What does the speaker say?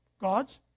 God's